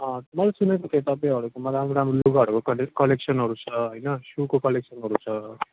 मैले सुनेको थिएँ तपाईँहरूकोमा राम्रो राम्रो लुगाहरूको कले कलेक्सनहरू छ होइन सूको कलेक्सनहरू छ